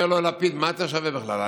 אומר לו לפיד: מה אתה שווה בכלל?